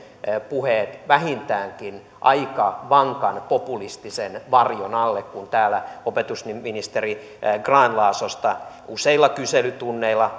puheet vähintäänkin aika vankan populistisen varjon alle kun täällä opetusministeri grahn laasosta useilla kyselytunneilla